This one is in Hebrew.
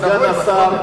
סגן השר,